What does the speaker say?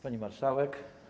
Pani Marszałek!